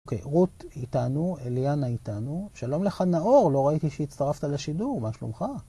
אוקיי, רות איתנו, אליאנה איתנו, שלום לך נאור, לא ראיתי שהצטרפת לשידור, מה שלומך?